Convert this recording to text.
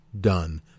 done